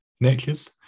natures